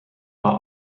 war